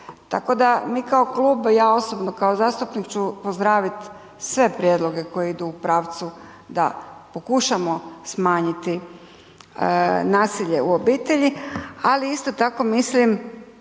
tako da mi kao klub, ja osobno kao zastupnik ću pozdravit sve prijedloge koji idu u pravcu da pokušamo smanjiti nasilje u obitelji, ali isto tako mislim